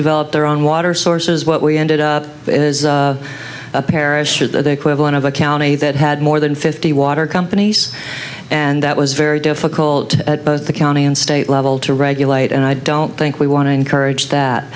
develop their own water source is what we ended up a parish or the equivalent of a county that had more than fifty water companies and that was very difficult at both the county and state level to regulate and i don't think we want to encourage that